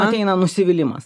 ateina nusivylimas